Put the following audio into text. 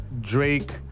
Drake